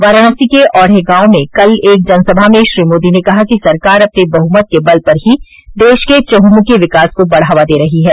वाराणसी के औढे गांव में कल एक जनसभा में श्री मोदी ने कहा कि सरकार अपने बहुमत के बल पर ही देश के चहुंमुखी विकास को बढ़ावा दे रही है